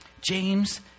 James